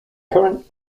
current